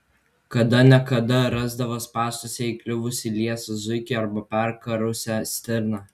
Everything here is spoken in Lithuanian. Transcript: kada ne kada rasdavo spąstuose įkliuvusį liesą zuikį arba perkarusią stirną